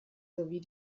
sowie